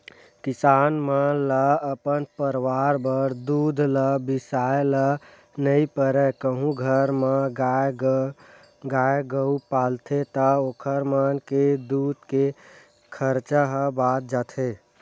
किसान मन ल अपन परवार बर दूद ल बिसाए ल नइ परय कहूं घर म गाय गरु पालथे ता ओखर मन के दूद के खरचा ह बाच जाथे